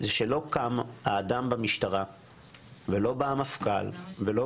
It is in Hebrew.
שלא קם האדם במשטרה ולא בא המפכ"ל ולא